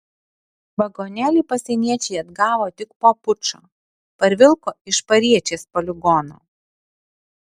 vagonėlį pasieniečiai atgavo tik po pučo parvilko iš pariečės poligono